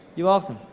you're welcome.